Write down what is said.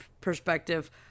perspective